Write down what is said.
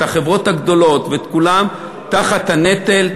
את החברות הגדולות ואת כולם תחת הנטל,